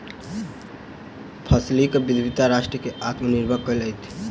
फसिलक विविधता राष्ट्र के आत्मनिर्भर करैत अछि